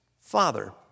Father